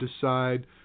decide